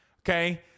okay